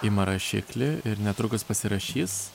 ima rašiklį ir netrukus pasirašys